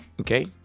Okay